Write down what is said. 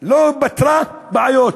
לא פתרה בעיות,